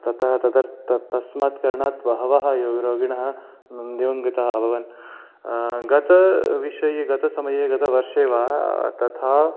ततः तदर्थं तस्मात् कारणात् बहवः एव रोगिणः दिवङ्गताः अभवन् गतविषये गतसमये गतवर्षे वा तथा